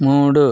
మూడు